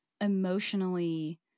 emotionally